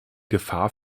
gefahr